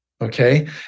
Okay